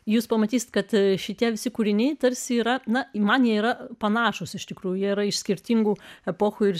jūs pamatysite kad šitie visi kūriniai tarsi yra na man jie yra panašūs iš tikrųjų yra iš skirtingų epochų ir